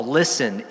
listen